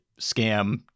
Scam